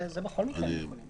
זה בכל מקרה הם יכולים.